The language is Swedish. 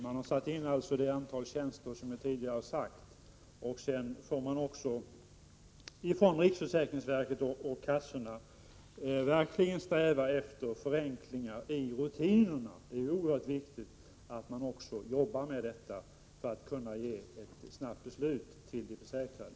Man har satt in det antal tjänster som jag tidigare har nämnt, och sedan får man också från riksförsäkringsverket och kassorna verkligen sträva efter förenklingar av rutinerna. Det är oerhört viktigt att man jobbar också med detta för att kunna ge snabba beslut till de försäkrade.